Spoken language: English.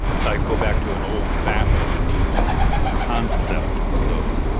like go back to an old-fashioned newsroom concept, though,